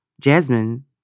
Jasmine